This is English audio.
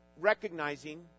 recognizing